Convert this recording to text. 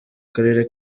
karere